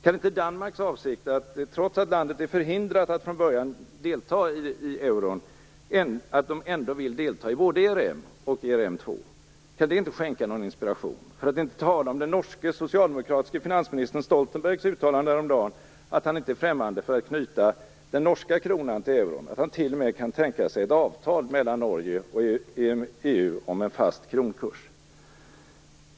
Kan inte det faktum att Danmark, trots att landet är förhindrat att från början delta i euron, ändå vill delta i både ERM och ERM2 skänka någon inspiration? För att inte tala om den norske socialdemokratiske finansministern Stoltenbergs uttalande häromdagen om att han inte är främmande för att knyta den norska kronan till euron, att han t.o.m. kan tänka sig ett avtal mellan Norge och EU om en fast kronkurs.